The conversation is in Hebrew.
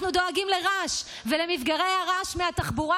אנחנו דואגים לרעש ולמפגעי הרעש מהתחבורה